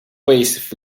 passive